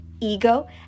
ego